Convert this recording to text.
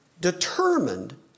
determined